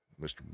Mr